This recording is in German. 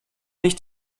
nicht